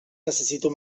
necessito